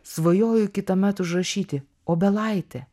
svajoju kitąmet užrašyti obelaitė